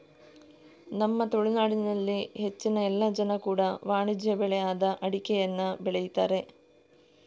ನಮ್ಮ ತುಳುನಾಡಿನಲ್ಲಿ ಹೆಚ್ಚಿನ ಎಲ್ಲ ಜನ ಕೂಡಾ ವಾಣಿಜ್ಯ ಬೆಳೆ ಆದ ಅಡಿಕೆಯನ್ನ ಬೆಳೀತಾರೆ